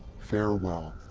farewell!